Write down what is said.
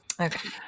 okay